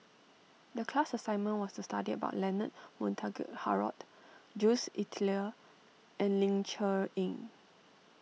the class assignment was to study about Leonard Montague Harrod Jules Itier and Ling Cher Eng